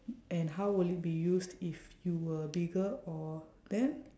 and how will it be used if you were bigger or then